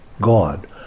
God